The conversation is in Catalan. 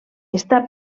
està